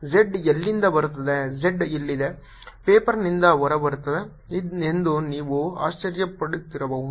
z ಎಲ್ಲಿಂದ ಬರುತ್ತಿದೆ z ಇಲ್ಲಿದೆ ಪೇಪರ್ನಿಂದ ಹೊರಬರುತ್ತಿದೆ ಎಂದು ನೀವು ಆಶ್ಚರ್ಯ ಪಡುತ್ತಿರಬೇಕು